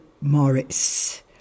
Morris